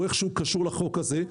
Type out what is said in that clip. הוא איך שהוא קשור לחוק הזה,